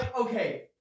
Okay